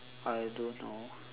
I don't know